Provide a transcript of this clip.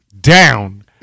down